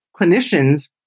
clinicians